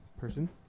person